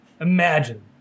Imagine